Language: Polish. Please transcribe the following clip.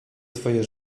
twoje